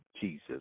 Jesus